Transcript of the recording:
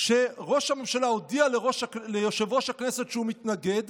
כשראש הממשלה הודיע ליושב-ראש הכנסת שהוא מתנגד: